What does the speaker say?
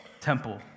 temple